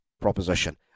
proposition